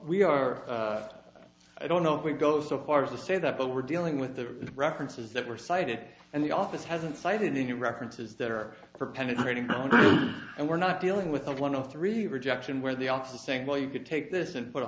we are i don't know if we go so far to say that but we're dealing with the references that were cited and the office hasn't cited in your references that are for penetrating and we're not dealing with a one of three rejection where the ox saying well you could take this and put a